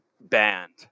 banned